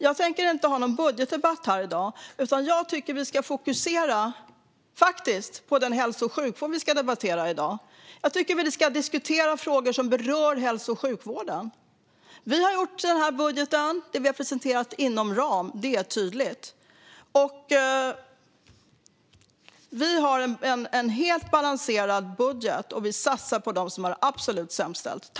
Jag tänker inte ha någon budgetdebatt här i dag, utan jag tycker att vi ska fokusera på hälso och sjukvården. Jag tycker att vi ska diskutera frågor som berör hälso och sjukvården. Vi har gjort denna budget. Det vi har presenterat inom ram, det är tydligt. Vi har en helt balanserad budget, och vi satsar på dem som har det absolut sämst ställt.